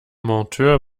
monteur